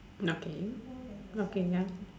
okay okay ya